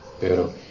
pero